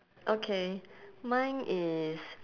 okay mine is